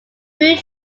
food